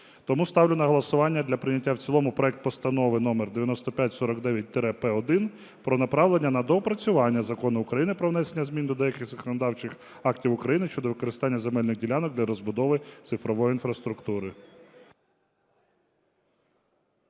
Тому ставлю на голосування для прийняття в цілому проект Постанови (№9549-П1) про направлення на доопрацювання Закону України про внесення змін до деяких законодавчих актів України щодо використання земельних ділянок для розбудови цифрової інфраструктури.